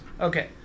Okay